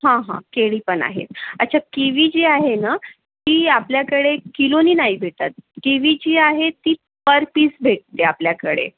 हां हां केळी पण आहे अच्छा किवी जी आहे ना ती आपल्याकडे किलोनी नाही भेटत किवी जी आहे ती पर पीस भेटते आपल्याकडे